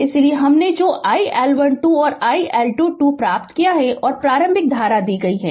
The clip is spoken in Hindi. इसीलिए हमने जो iL12 और iL22 प्राप्त किया है और प्रारंभिक धारा दी गई है